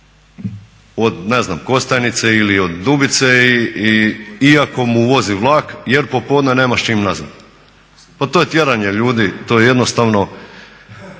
od ne znam Kostajnice ili od Dubice i iako mu vozi vlak jer popodne nema s čim nazad? Pa to je tjeranje ljudi, to je jednostavno,